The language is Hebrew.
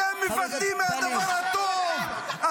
אתם מפחדים מהדבר הטוב.